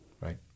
right